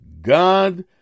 God